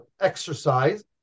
exercise